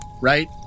right